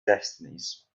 destinies